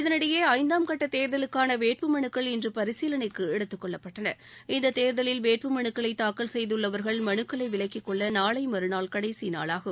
இதனிடையே ஐந்தாம் கட்ட தேர்தலுக்கான வேட்பு மனுக்கள் இன்று பரிசீலளைக்கு எடுத்துக் கொள்ளபட்டன இந்த தேர்தலில் வேட்புமனுக்களை தாக்கல் செய்துள்ளவர்கள் மனுக்களை விலக்கிக்கொள்ள நாளை மறுநாள் கடைசி நாளாகும்